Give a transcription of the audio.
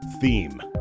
theme